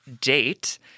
date